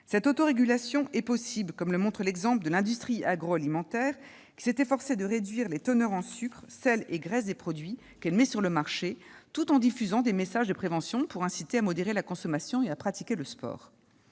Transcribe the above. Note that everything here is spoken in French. Cette autorégulation est possible, comme le montre l'exemple de l'industrie agroalimentaire, qui s'est efforcée de réduire les teneurs en sucre, sel et graisse des produits qu'elle met sur le marché, tout en diffusant des messages de prévention pour inciter à modérer la consommation et à pratiquer le sport.